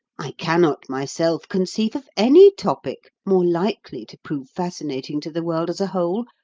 i cannot myself conceive of any topic more likely to prove fascinating to the world as a whole,